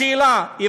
השאלה היא,